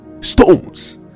stones